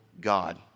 God